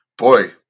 Boy